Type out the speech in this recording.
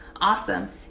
Awesome